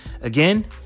Again